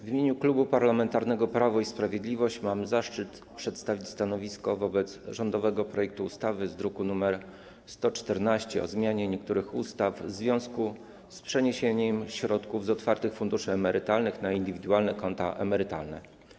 W imieniu Klubu Parlamentarnego Prawo i Sprawiedliwość mam zaszczyt przedstawić stanowisko wobec rządowego projektu ustawy z druku nr 114 o zmianie niektórych ustaw w związku z przeniesieniem środków z otwartych funduszy emerytalnych na indywidualne konta emerytalne.